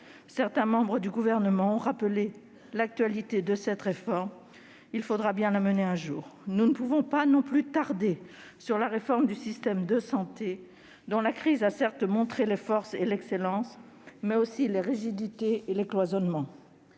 certains membres du Gouvernement ont rappelé l'actualité de cette réforme. Il faudra bien la mener un jour. Nous ne pouvons pas non plus tarder sur la réforme du système de santé, dont la crise a certes montré les forces et l'excellence, mais aussi les rigidités et les cloisonnements.